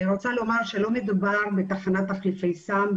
אני רוצה לומר שלא מדובר בתחנת תחליפי סם,